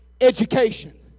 education